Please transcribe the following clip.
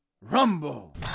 Rumble